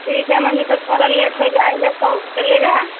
ठीक है मैम जैसे थोड़ा लेट हो जाएगा तो चलेगा